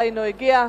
הנה הוא הגיע.